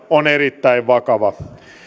on erittäin vakava